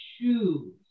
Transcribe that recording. shoes